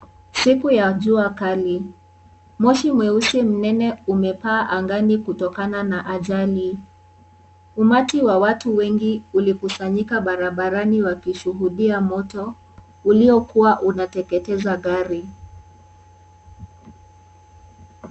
Siku ya jua kali moshi mweusi mnene umepaa angani kutokana na ajali . Umati wa watu wengi ulikusanyika barabarani wakishuhudia moto uliokuwa unateketeza gari .